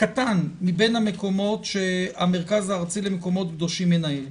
קטן מבין המקומות שהמרכז הארצי למקומות קדושים מנהל.